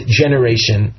generation